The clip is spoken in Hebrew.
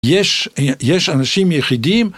יש יש אנשים יחידים